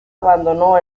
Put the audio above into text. abandonó